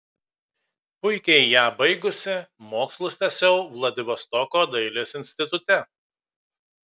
puikiai ją baigusi mokslus tęsiau vladivostoko dailės institute